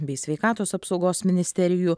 bei sveikatos apsaugos ministerijų